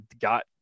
got